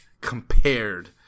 compared